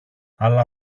αλλά